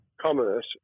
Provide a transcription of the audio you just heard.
commerce